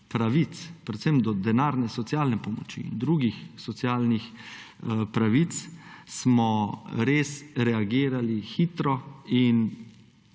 pravic, predvsem do denarne socialne pomoči in drugih socialnih pravic. Res smo reagirali hitro in